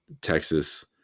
Texas